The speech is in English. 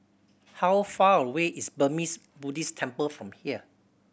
how far away is Burmese Buddhist Temple from here